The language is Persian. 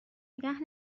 نگه